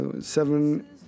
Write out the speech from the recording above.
seven